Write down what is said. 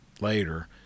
later